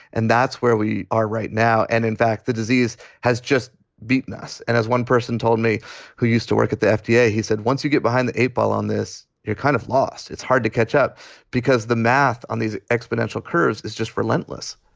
and that's where we are right now. and in fact, the disease has just beaten us. and as one person told me who used to work at the fda, yeah he said, once you get behind the eight ball on this, you're kind of lost. it's hard to catch up because the math on these exponential curves is just relentless